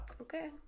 Okay